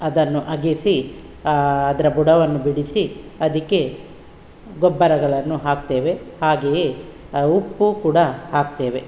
ಅದನ್ನು ಅಗೆಸಿ ಅದರ ಬುಡವನ್ನು ಬಿಡಿಸಿ ಅದಕ್ಕೆ ಗೊಬ್ಬರಗಳನ್ನು ಹಾಕ್ತೇವೆ ಹಾಗೆಯೇ ನಾವು ಹೂವು ಕೂಡ ಹಾಕ್ತೇವೆ